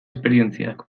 esperientziak